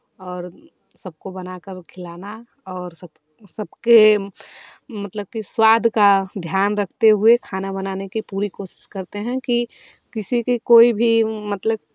और सबको बनाकर खिलाना और सब सबके मतलब के स्वाद का ध्यान रखते हुए खाना बनाने की पूरी कोशिश करते हैं कि किसी भी कोई भी मतलब